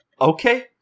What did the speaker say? Okay